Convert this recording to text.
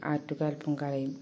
Attukal പൊങ്കാലയും